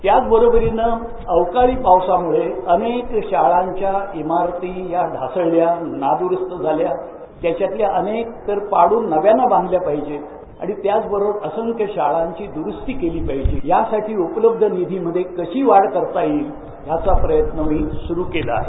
त्याचबरोबर अवकाळी पावसामुळे अनेक शाळांच्या इमारती या धासळल्या नादरुस्त झालेल्या त्याच्यातले अनेक तर पाडून नव्याने बांधल्या पाहिजे आणि त्याचबरोबर असंख्य शाळांचे दरुस्ती केली पाहिजे यासाठी उपलब्ध निधी मध्ये कशी वाढ करता येईल याचा प्रयत्न सुरू केला आहे